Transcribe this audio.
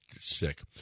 sick